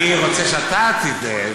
אני רוצה שאתה תזדהה.